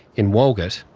in walgett,